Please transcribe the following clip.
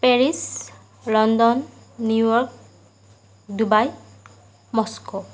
Paris London New York Dubai Moscow